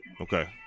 Okay